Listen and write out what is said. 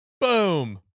Boom